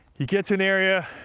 you get to an area,